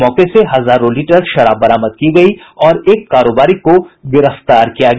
मौके से हजारों लीटर शराब बरामद की गयी और एक कारोबारी को गिरफ्तार किया गया